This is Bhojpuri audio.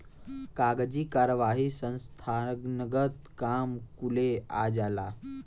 कागजी कारवाही संस्थानगत काम कुले आ जाला